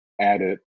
added